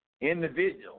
individual